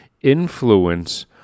influence